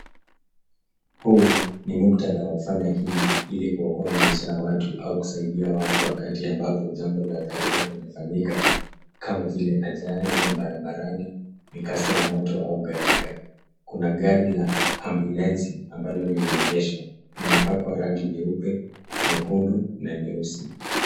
Huu ni muktadha wa kufanya hima ili kuokoa maisha ya watu au kusaidia watu wakati ambalo jambo la dharura limefanyika kama vile ajali ya barabarani, mikasa ya moto au gharika. Kuna gari la ambulensi amabalo limegeshwa, limepakwa rangi nyuepe, nyekundu na nyeusi.